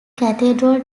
cathedral